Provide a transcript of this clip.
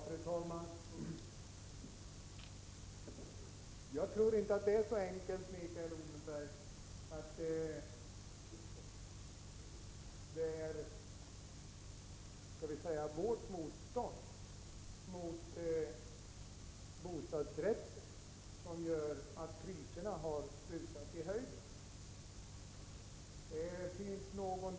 Fru talman! Jag tror inte att det är så enkelt, Mikael Odenberg, att det är vårt s.k. motstånd mot bostadsrätter som gör att priserna har rusat i höjden.